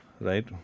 Right